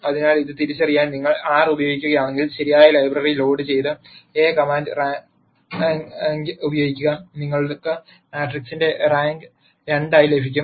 അതിനാൽ ഇത് തിരിച്ചറിയാൻ നിങ്ങൾ R ഉപയോഗിക്കുകയാണെങ്കിൽ ശരിയായ ലൈബ്രറി ലോഡുചെയ് ത് എ കമാൻഡ് റാങ്ക് ഉപയോഗിക്കുക നിങ്ങൾക്ക് മാട്രിക്സിന്റെ റാങ്ക് 2 ആയി ലഭിക്കും